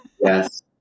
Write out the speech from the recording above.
Yes